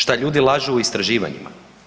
Šta ljudi lažu u istraživanjima?